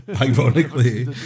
Ironically